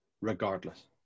regardless